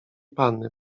panny